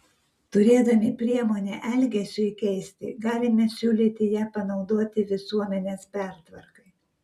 turėdami priemonę elgesiui keisti galime siūlyti ją panaudoti visuomenės pertvarkai